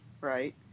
Right